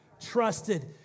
Trusted